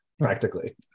practically